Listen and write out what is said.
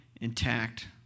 intact